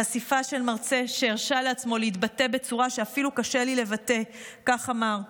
חשיפה של מרצה שהרשה לעצמו להתבטא בצורה שאפילו קשה לי לבטא כך אמר: